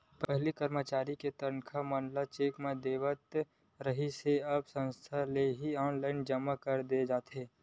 पहिली करमचारी के तनखा मन ल चेक म देवत रिहिस हे अब संस्था ले ही ऑनलाईन जमा कर दे जाथे